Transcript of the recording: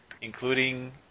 including